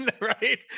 right